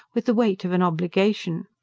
with the weight of an obligation.